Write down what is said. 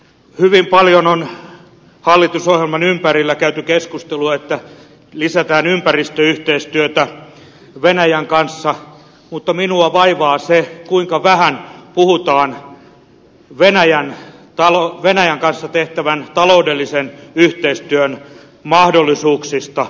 hyvin paljon on hallitusohjelman ympärillä käyty keskustelua että lisätään ympäristöyhteistyötä venäjän kanssa mutta minua vaivaa se kuinka vähän puhutaan venäjän kanssa tehtävän taloudellisen yhteistyön mahdollisuuksista